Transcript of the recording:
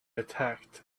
attacked